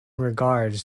regards